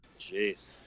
Jeez